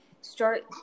start